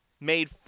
made